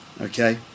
okay